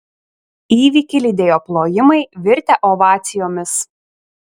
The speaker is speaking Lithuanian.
įvykį lydėjo plojimai virtę ovacijomis